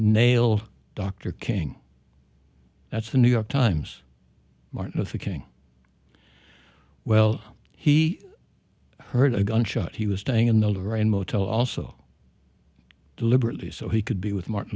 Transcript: nail dr king that's the new york times martin luther king well he heard a gunshot he was staying in the right motel also deliberately so he could be with martin